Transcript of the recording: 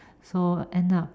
so end up